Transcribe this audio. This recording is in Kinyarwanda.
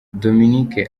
dominic